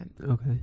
Okay